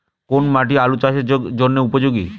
কোন মাটি আলু চাষের জন্যে উপযোগী?